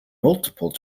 multiple